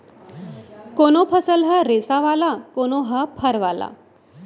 कोनो फसल ह रेसा वाला, कोनो ह फर वाला